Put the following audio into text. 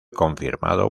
confirmado